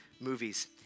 movies